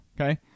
okay